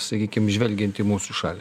sakykim žvelgiant į mūsų šalį